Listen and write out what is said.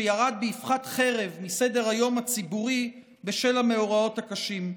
שירד באבחת חרב מסדר-היום הציבורי בשל המאורעות הקשים.